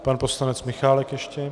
Pan poslanec Michálek ještě.